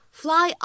fly